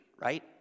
right